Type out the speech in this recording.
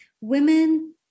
women